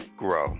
grow